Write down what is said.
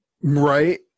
right